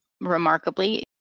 remarkably